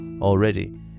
already